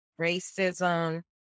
racism